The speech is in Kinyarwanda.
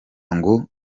ngo